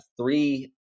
three